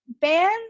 ban